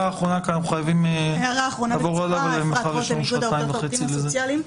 איגוד העובדים הסוציאליים.